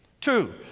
Two